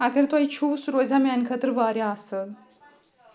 اَگر تۄہہِ چھُو سُہ روزِہا میٛانہِ خٲطرٕ واریاہ اَصٕل